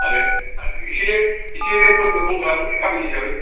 आरो आरो एसे एसे रेटफोरखौ खम खालामगोन दे गामिनि हिसाबै